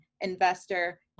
investor